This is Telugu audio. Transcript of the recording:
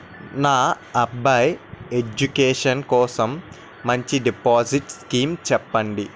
నా అబ్బాయి ఎడ్యుకేషన్ కోసం మంచి డిపాజిట్ స్కీం చెప్పండి